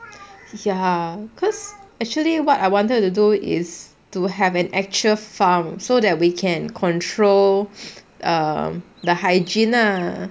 ya because actually what I wanted to do is to have an actual farm so that we can control um the hygiene lah